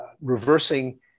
reversing